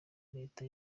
leta